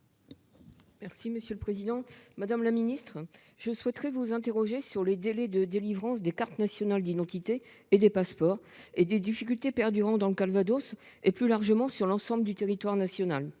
Merci, monsieur le Président Madame la Ministre je souhaiterais vous interroger sur les délais de délivrance des cartes nationales d'identité et des passeports et des difficultés perdurant, dans le Calvados et plus largement sur l'ensemble du territoire national.